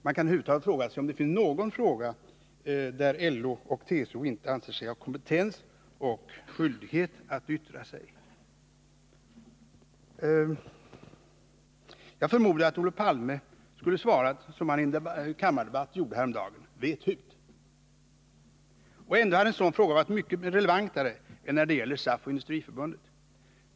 Man kan fråga sig om det över huvud taget finns någon fråga där LO och TCO inte anser sig ha kompetens och skyldighet att yttra sig. Jag förmodar att Olof Palme skulle ha svarat som han gjorde i en kammardebatt häromdagen: Vet hut. Ändå hade en sådan fråga varit mycket relevantare än när det gäller SAF och Industriförbundet.